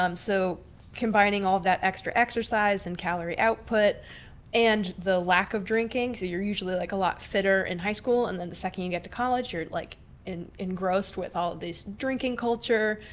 um so combining all that extra exercise and calorie output and the like of drinking. so you're usually like a lot fitter in high school and then the second you get to college, you're like an engrossed with all of these drinking culture.